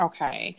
Okay